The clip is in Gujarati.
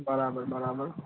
બરાબર બરાબર